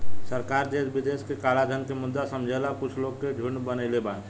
सरकार देश विदेश के कलाधन के मुद्दा समझेला कुछ लोग के झुंड बनईले बा